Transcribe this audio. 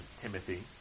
Timothy